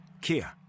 Kia